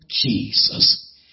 Jesus